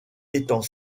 étant